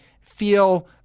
feel